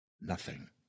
Nothing